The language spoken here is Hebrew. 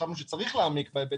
חשבנו שצריך להעמיק בו.